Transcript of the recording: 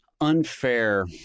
unfair